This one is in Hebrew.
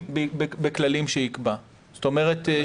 בסדר גמור.